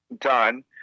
done